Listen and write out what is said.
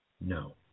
No